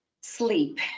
Sleep